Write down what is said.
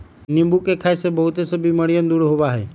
नींबू के खाई से बहुत से बीमारियन दूर होबा हई